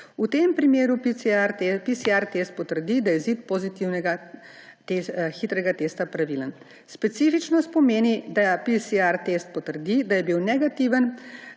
V tem primeru PCR test potrdi, da je izid pozitivnega hitrega testa pravilen. Specifičnost pomeni, da PCR test potrdi, da je bil negativen